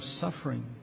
suffering